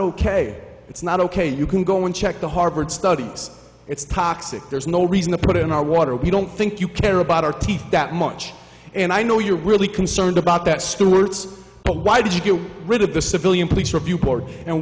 ok it's not ok you can go and check the harvard study it's toxic there's no reason to put it in our water we don't think you care about our teeth that much and i know you're really concerned about that stewart's why did you get rid of the civilian police review board and